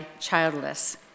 childless